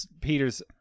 Peters